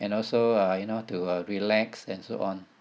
and also uh you know to uh relax and so on